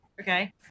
Okay